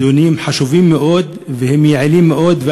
דיונים חשובים מאוד ויעילים מאוד.